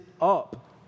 up